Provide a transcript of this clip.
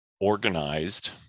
organized